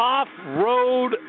Off-Road